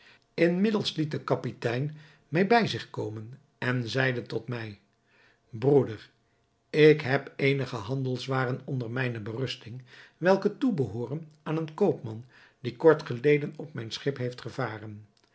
inmiddels liet de kapitein mij bij zich komen en zeide tot mij broeder ik heb eenige handelswaren onder mijne berusting welke toebehooren aan een koopman die kort geleden op mijn schip heeft gevaren